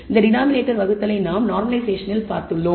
இந்த டினாமினேட்டர் வகுத்தலை நாம் நார்மலைஷேசன் என்று பார்க்கலாம்